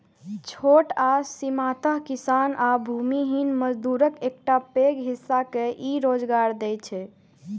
छोट आ सीमांत किसान आ भूमिहीन मजदूरक एकटा पैघ हिस्सा के ई रोजगार दै छै